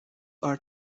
are